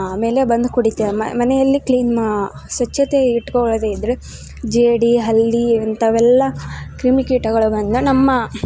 ಆಮೇಲೆ ಬಂದು ಕುಡಿತಾವೆ ಮನೆಯಲ್ಲಿ ಕ್ಲೀನ್ ಮಾ ಸ್ವಚ್ಛತೆ ಇಟ್ಕೊಳ್ಳದೇ ಇದ್ದರೆ ಜೇಡಿ ಹಲ್ಲಿ ಇಂಥವೆಲ್ಲ ಕ್ರಿಮಿಕೀಟಗಳು ಬಂದು ನಮ್ಮ